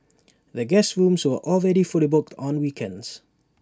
the guest rooms are already fully booked on weekends